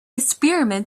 experiment